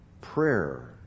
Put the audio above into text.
Prayer